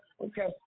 okay